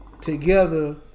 together